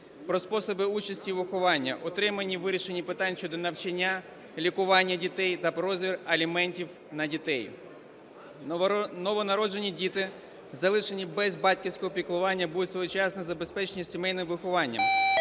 про способи участі у вихованні, отримані у вирішенні питань щодо навчання, лікування дітей та про розмір аліментів на дітей. Новонароджені діти, залишені без батьківського піклування, будуть своєчасно забезпечені сімейним вихованням,